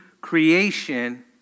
creation